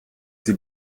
sie